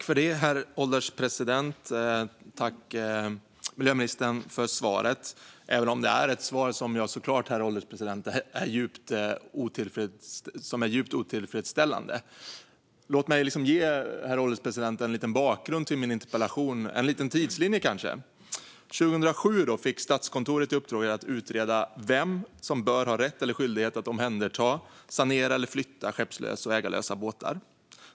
Herr ålderspresident! Tack, miljöministern, för svaret, även om det är ett svar som är djupt otillfredsställande! Låt mig ge en liten bakgrund till min interpellation och kanske en liten tidslinje. År 2007 fick Statskontoret i uppdrag att utreda vem som ska ha rätt eller skyldighet att omhänderta, sanera eller flytta ägarlösa båtar.